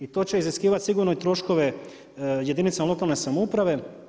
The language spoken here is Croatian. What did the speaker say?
I to će iziskivati sigurno troškove jedinicama lokalne samouprave.